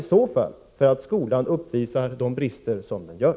I så fall är det inte underligt att skolan uppvisar de brister som den har.